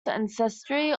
ancestry